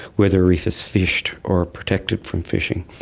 whether a reef is fished or protected from fishing.